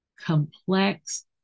complex